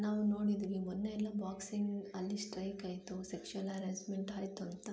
ನಾವು ನೋಡಿದ್ದೀವಿ ಮೊನ್ನೆಯೆಲ್ಲ ಬಾಕ್ಸಿಂಗ್ ಅಲ್ಲಿ ಸ್ಟ್ರೈಕಾಯಿತು ಸೆಕ್ಷುವಲ್ ಹೆರಾಸ್ಮೆಂಟಾಯಿತು ಅಂತ